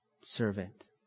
servant